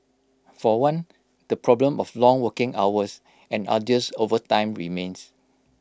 for one the problem of long working hours and arduous overtime remains